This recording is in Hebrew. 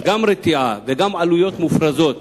אז גם רתיעה וגם עלויות מופרזות